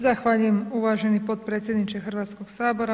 Zahvaljujem uvaženi potpredsjedniče Hrvatskoga sabora.